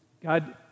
God